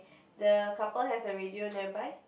the couple has a radio nearby